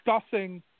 discussing